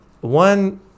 one